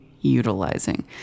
utilizing